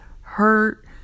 hurt